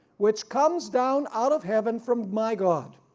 which comes down out of heaven from my god.